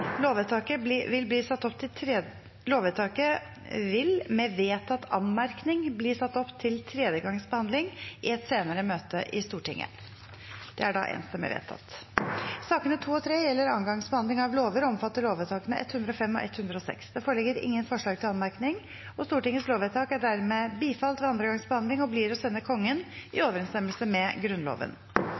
Lovvedtaket, med den vedtatte anmerkningen, vil bli ført opp til tredje gangs behandling i et senere møte i Stortinget. Sakene nr. 2 og 3 er andre gangs behandling av lover og gjelder lovvedtakene 105 og 106. Det foreligger ingen forslag til anmerkning. Stortingets lovvedtak er dermed bifalt ved andre gangs behandling og blir å sende Kongen i overensstemmelse med Grunnloven.